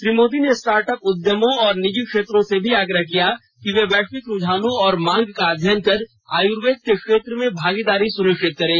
श्री मोदी ने start up उद्यमों और निजी क्षेत्रों से भी आग्रह किया कि वे वैश्विक रूझानों और मांग का अध्ययन कर आयुर्वेद के क्षेत्र में भागीदारी सुनिश्चित करें